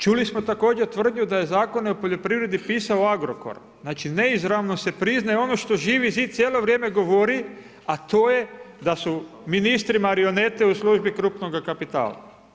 Čuli smo također tvrdnju da je zakone o poljoprivredi pisao Agrokor, znači neizravno se priznaje ono što Živi zid cijelo vrijeme govori, a to je da su ministri marionete u službi krupnoga kapitala.